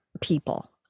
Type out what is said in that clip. people